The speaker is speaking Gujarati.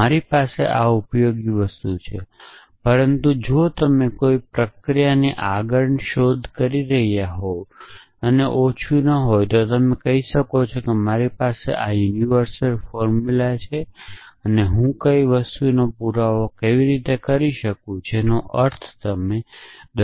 મારી પાસે આ ઉપયોગી વસ્તુ છે પરંતુ જો તમે કોઈ પ્રક્રિયાની આગળની શોધ કરી રહ્યા હોવ તો ઓછું નહીં હોય અને તમે કહો છો કે મારી પાસે આ બધા સાર્વત્રિક ફોર્મુલા છે હું કઈ વસ્તુનો પુરાવો કેવી રીતે કરી શકું જેનો અર્થ તમે રાખવો પડશે